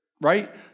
right